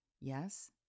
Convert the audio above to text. Yes